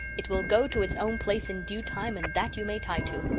it will go to its own place in due time and that you may tie to,